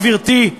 גברתי,